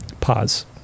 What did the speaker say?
pause